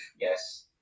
yes